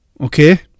Okay